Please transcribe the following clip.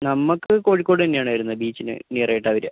നമ്മക്ക് കോഴിക്കോട് തന്നെ ആണ് വരുന്നത് ബീച്ചിൽ നിയർ ആയിട്ടാ വരിക